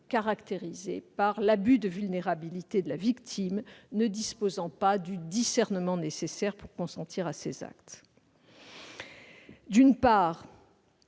caractérisées par l'abus de la vulnérabilité de la victime ne disposant pas du discernement nécessaire pour consentir à ces actes ». D'une part,